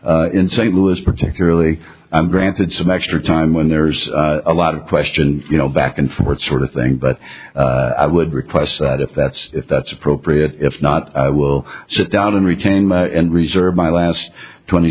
around in st louis particularly i'm granted some extra time when there's a lot of question you know back and forth sort of thing but i would request that if that's if that's appropriate if not i will sit down and retain and reserve my last twenty